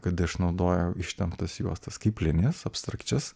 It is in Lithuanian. kad išnaudojo ištemptas juostas kaip linijas abstrakčias